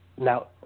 Now